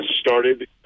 started